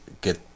get